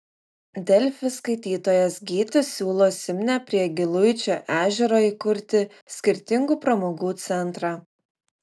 delfi skaitytojas gytis siūlo simne prie giluičio ežero įkurti skirtingų pramogų centrą